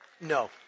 No